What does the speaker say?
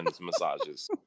massages